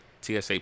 TSA